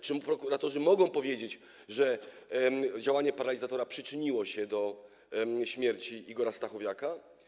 Czy prokuratorzy mogą powiedzieć, że działanie paralizatora przyczyniło się do śmierci Igora Stachowiaka?